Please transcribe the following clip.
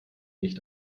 nicht